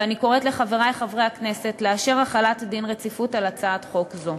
ואני קוראת לחברי חברי הכנסת לאשר החלת דין רציפות על הצעת חוק זו.